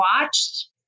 watched